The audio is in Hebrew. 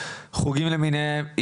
חוגים למיניהם,